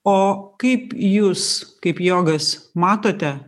o kaip jūs kaip jogas matote